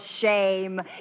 shame